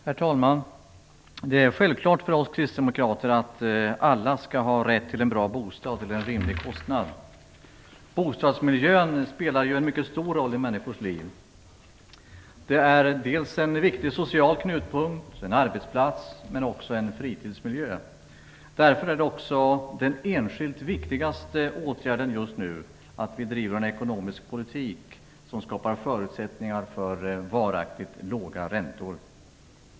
Herr talman! Det är självklart för oss kristdemokrater att alla skall ha rätt till en bra bostad till en rimlig kostnad. Bostadsmiljön spelar ju en mycket stor roll i människors liv. Det är en viktig social knutpunkt och en arbetsplats, men också en fritidsmiljö. Därför är också den enskilt viktigaste åtgärden just nu att vi driver en ekonomisk politik som skapar förutsättningar för varaktigt låga räntor.